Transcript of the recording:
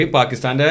Pakistan